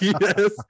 Yes